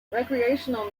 recreational